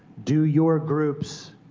do your groups